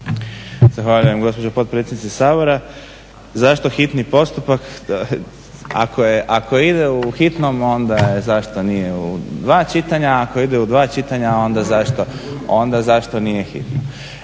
Zahvaljujem gospođo potpredsjednice Sabora. Zašto hitni postupak? Ako ide u hitnom onda je zašto nije u dva čitanja, ako ide u dva čitanja onda zašto nije hitno?